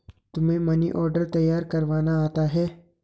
तुम्हें money order तैयार करवाना आता है?